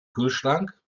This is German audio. kühlschrank